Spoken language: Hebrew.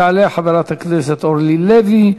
תעלה חברת הכנסת אורלי לוי,